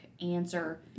answer